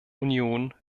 union